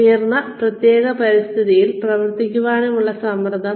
ഉയർന്ന പ്രത്യേക പരിതസ്ഥിതിയിൽ പ്രവർത്തിക്കാനുള്ള സമ്മർദ്ദം